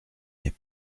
n’est